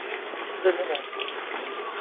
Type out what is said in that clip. ᱫᱮᱵᱚᱱᱟᱜ